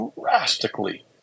drastically